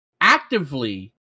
actively